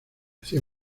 nació